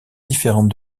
différente